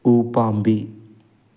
ꯎꯄꯥꯝꯕꯤ